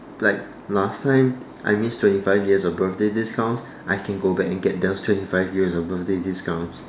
like last time I miss twenty five years of birthday discounts I can go back and get those twenty five years of birthday discounts